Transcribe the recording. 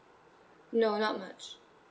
no not much